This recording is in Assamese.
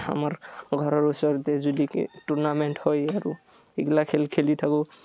আমাৰ ঘৰৰ ওচৰতে যদিকে টুৰ্ণামেণ্ট হয় আৰু সেইগিলা খেল খেলি থাকোঁ